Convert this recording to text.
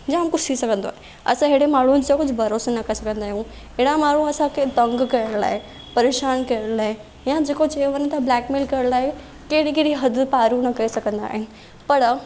जाम कुझु थी सघंदो आहे असां हेड़े माण्हुनि जो कुझु भरोसो न करे सघंदा आहियूं हेड़ा माण्हू असांखे तंगु करण लाइ परेशान करण लाइ या जेको चयो वञे त ब्लैक मेल करण लाइ कहिड़ी कहिड़ी हद पारूं न करे सघंदा आहिनि पर